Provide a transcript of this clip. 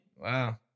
Wow